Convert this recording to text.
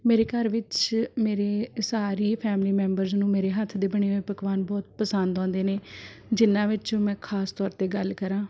ਮੇਰੇ ਘਰ ਵਿੱਚ ਮੇਰੇ ਸਾਰੀ ਹੀ ਫੈਮਿਲੀ ਮੈਂਬਰਸ ਨੂੰ ਮੇਰੇ ਹੱਥ ਦੇ ਬਣੇ ਹੋਏ ਪਕਵਾਨ ਬਹੁਤ ਪਸੰਦ ਆਉਂਦੇ ਨੇ ਜਿੰਨਾਂ ਵਿੱਚ ਮੈਂ ਖਾਸ ਤੌਰ 'ਤੇ ਗੱਲ ਕਰਾਂ